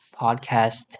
podcast